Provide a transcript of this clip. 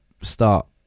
start